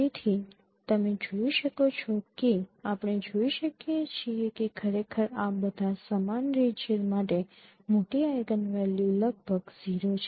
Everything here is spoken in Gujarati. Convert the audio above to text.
તેથી તમે શોધી શકો છો કે આપણે જોઈ શકીએ છીએ કે ખરેખર આ બધા સમાન રિજિયન માટે મોટી આઇગનવેલ્યુ લગભગ 0 છે